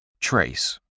Trace